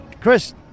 Chris